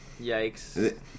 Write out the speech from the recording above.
Yikes